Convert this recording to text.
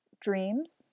dreams